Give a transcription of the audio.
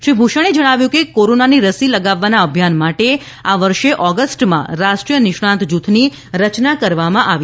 શ્રી ભૂષણે જણાવ્યું કે કોરોનાની રસી લગાવવાનાં અભિયાન માટે આ વર્ષે ઓગસ્ટમાં રાષ્ટ્રીય નિષ્ણાત જૂથની રચના કરવામાં આવી હતી